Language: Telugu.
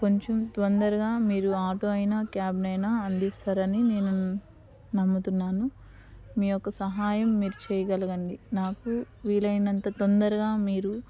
కొంచెం తొందరగా మీరు ఆటో అయినా క్యాబ్ను అయినా అందిస్తారని నేను నమ్ముతున్నాను మీ యొక్క సహాయం మీరు చేయగలగండి నాకు వీలైనంత తొందరగా మీరు